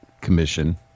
Commission